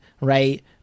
right